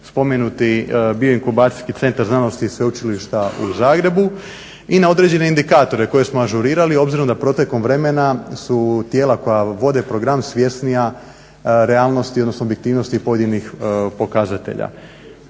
spomenuti bioinkubacijski centar znanosti i Sveučilišta u Zagrebu i na određene indikatore koje smo ažurirali obzirom da protekom vremena su tijela koja vode program svjesnija realnosti, odnosno objektivnosti pojedinih pokazatelja.